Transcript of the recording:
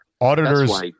Auditors